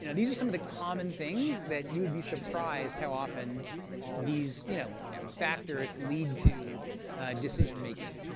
you know these are some of the common things that you would be surprised how often these you know factors lead to decision making.